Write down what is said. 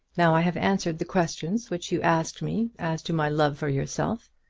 now i have answered the questions which you asked me as to my love for yourself.